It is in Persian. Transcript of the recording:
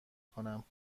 کنم